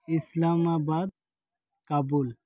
Islamabad Kabul